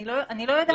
אני לא יודעת.